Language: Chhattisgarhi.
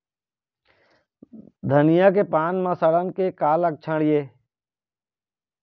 धनिया के पान म सड़न के का लक्षण ये?